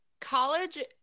College